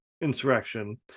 insurrection